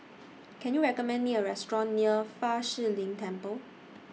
Can YOU recommend Me A Restaurant near Fa Shi Lin Temple